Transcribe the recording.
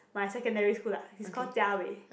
my secondary school lah he's call jia wei